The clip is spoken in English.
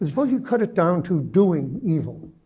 suppose you cut it down to doing evil.